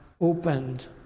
opened